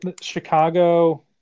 Chicago